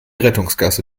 rettungsgasse